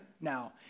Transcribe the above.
now